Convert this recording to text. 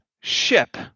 ship